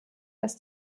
dass